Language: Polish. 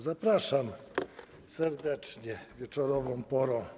Zapraszam serdecznie wieczorową porą.